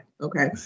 Okay